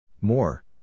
More